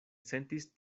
sentis